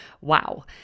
Wow